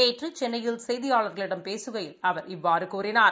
நேற்று சென்னையில் செய்தியாளர்களிடம் பேசுகையில் அவர் இவ்வாறு கூறினார்